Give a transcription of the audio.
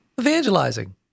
Evangelizing